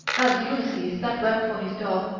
as ulysses that wept for his dog,